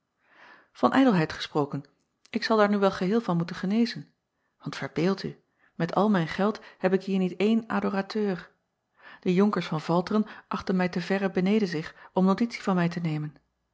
an ijdelheid gesproken ik acob van ennep laasje evenster delen zal daar nu wel geheel van moeten genezen want verbeeld u met al mijn geld heb ik hier niet één adorateur e onkers van alteren achten mij te verre beneden zich om notitie van mij te nemen